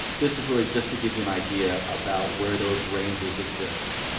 this is really just to give you an idea about where those ranges exist.